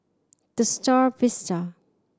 The Star Vista